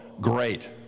great